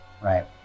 right